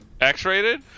X-rated